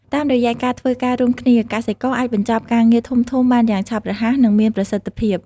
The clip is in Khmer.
តាមរយៈការធ្វើការរួមគ្នា កសិករអាចបញ្ចប់ការងារធំៗបានយ៉ាងឆាប់រហ័ស និងមានប្រសិទ្ធភាព។